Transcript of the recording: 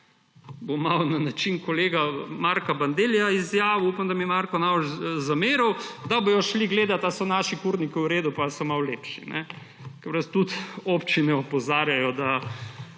bom malo na način kolega Marka Bandellija izjavil, upam, da mi, Marko, ne boš zameril – da bodo šli gledat, ali so naši kurniki v redu pa ali so malo lepši. Ker nas tudi občine opozarjajo, da